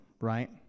Right